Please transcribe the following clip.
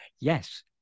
Yes